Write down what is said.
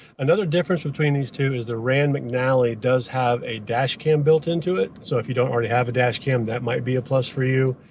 another difference between these two is the rand mcnally does have a dash cam built into it. so if you don't already have a dash cam, that might be a plus for you.